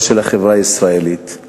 או של החברה הישראלית,